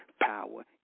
power